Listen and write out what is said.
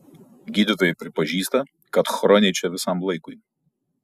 gydytojai pripažįsta kad chroniai čia visam laikui